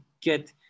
get